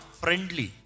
friendly